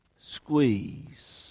squeeze